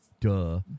Duh